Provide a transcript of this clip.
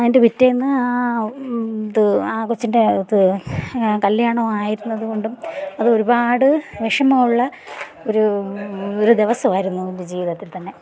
അതിൻ്റെ പിറ്റേന്ന് എന്ത് ആ കൊച്ചിൻ്റെ ഇത് കല്യാണമായിരുന്നത് കൊണ്ടും അതൊരുപാട് വിഷമമുള്ള ഒരു ഒരു ദിവസമായിരുന്നു എൻ്റെ ജീവിതത്തിൽ തന്നെ